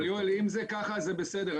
אבל אם זה ככה, זה בסדר.